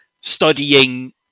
studying